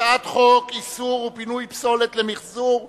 הצעת חוק איסוף ופינוי פסולת למיחזור (תיקון,